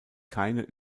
keine